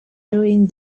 doing